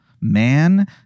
man